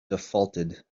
defaulted